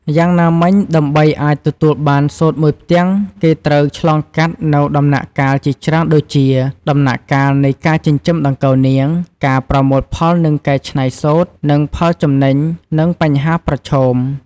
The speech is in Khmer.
យ៉ាងណាមិញ ដើម្បីអាចទទួលបានសូត្រមួយផ្ទាំង គេត្រូវឆ្លងកាត់នូវដំណាក់កាលជាច្រើនដូចជា៖ ដំណាក់កាលនៃការចិញ្ចឹមដង្កូវនាង ការប្រមូលផលនិងកែច្នៃសូត្រ និងផលចំណេញនិងបញ្ហាប្រឈម។